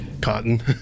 Cotton